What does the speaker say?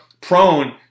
prone